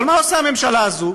אבל מה עושה הממשלה הזו?